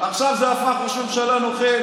עכשיו זה הפך ראש ממשלה נוכל.